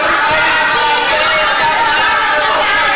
את מוכנה שהרשות הפלסטינית תשלוט בעזה?